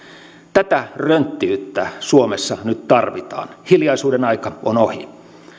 tätä rönttiyttä suomessa nyt tarvitaan hiljaisuuden aika on ohi